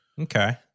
Okay